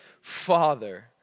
Father